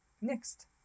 Next